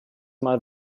mal